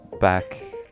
back